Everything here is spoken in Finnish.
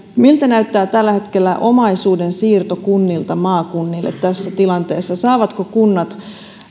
miltä näyttää tällä hetkellä omaisuudensiirto kunnilta maakunnille tässä tilanteessa saavatko kunnat